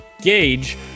Gage